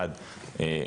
אחד,